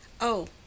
Oh